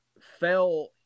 fell